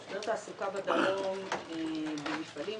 משבר תעסוקה בדרום במפעלים.